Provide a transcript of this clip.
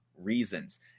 reasons